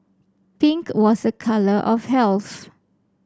pink was a colour of health